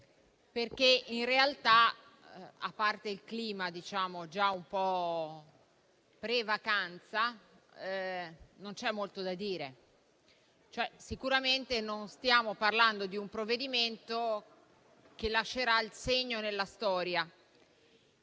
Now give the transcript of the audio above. perché in realtà, a parte il clima già un po' da pre-vacanza, non c'è molto da dire. Sicuramente non stiamo parlando di un provvedimento che lascerà il segno nella storia.